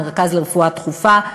המרכז לרפואה דחופה,